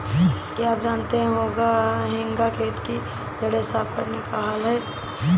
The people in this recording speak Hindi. क्या आप जानते है हेंगा खेत की जड़ें साफ़ करने का हल है?